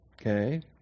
okay